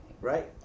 Right